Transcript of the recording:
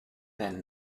then